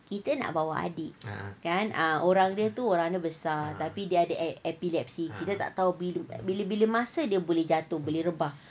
kita nak bawa adik kan orang dia tu orang badan besar tapi dia ada epilepsy kita tak tahu bila-bila masa dia boleh jatuh boleh rebah